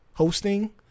hosting